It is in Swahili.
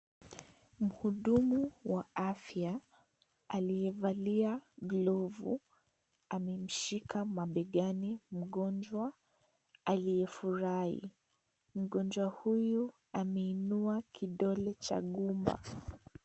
Mhudumu wa afya aliyevalia glovu amemshika mabegani mgonjwa aliyefurahi , mgonjwa huyu ameinua kidole cha gumba .